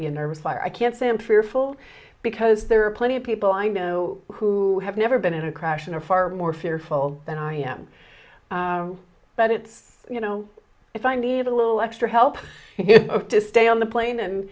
be a nervous i can't say i'm fearful because there are plenty of people i know who have never been in a crash and are far more fearful than i am but it's you know if i need a little extra help to stay on the plane and